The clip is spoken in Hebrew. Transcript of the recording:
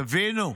תבינו,